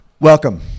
Welcome